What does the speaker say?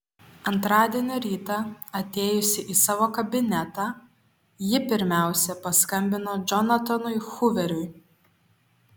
antradienio rytą atėjusi į savo kabinetą ji pirmiausia paskambino džonatanui huveriui